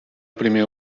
primer